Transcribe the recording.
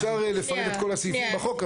אפשר יהיה לפרט את כל הסעיפים בחוק,